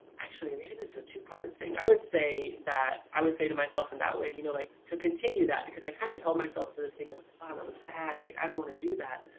actually maybe this is a two-parted thing. i would say that, i would say to myself in that way you know like to continue that because i kind of held myself to this thing that was like wow and that was bad, and like i don't want to do that.